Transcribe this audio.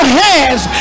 hands